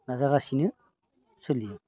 नाजागासिनो सोलियो